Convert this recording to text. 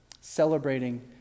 celebrating